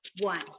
one